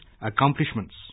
accomplishments